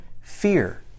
fear